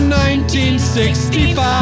1965